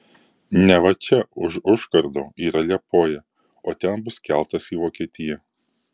neva čia už užkardo yra liepoja o ten bus keltas į vokietiją